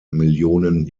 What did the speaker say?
millionen